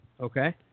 Okay